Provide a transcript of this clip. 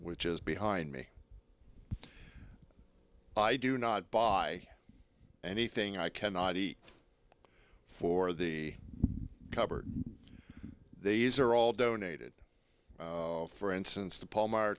which is behind me i do not buy anything i cannot eat for the cupboard these are all donated for instance the poem our